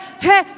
hey